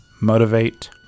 motivate